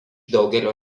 daugelio